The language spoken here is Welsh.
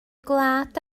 gwlad